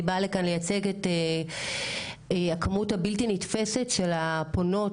אני באה לכאן לייצג את הכמות הבלתי נתפסת של הפונות